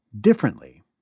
differently